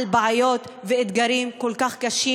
עם בעיות ואתגרים כל כך קשים,